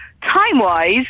time-wise